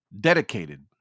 dedicated